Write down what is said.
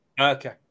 Okay